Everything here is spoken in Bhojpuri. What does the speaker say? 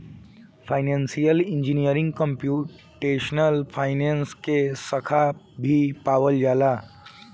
फाइनेंसियल इंजीनियरिंग कंप्यूटेशनल फाइनेंस के साखा भी पावल जाला